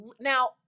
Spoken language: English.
Now